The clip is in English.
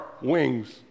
wings